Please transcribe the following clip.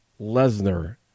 Lesnar